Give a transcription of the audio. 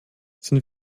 sind